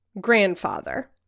grandfather